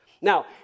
now